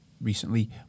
Recently